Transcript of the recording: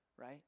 right